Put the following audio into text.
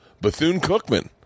Bethune-Cookman